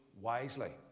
wisely